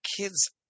kids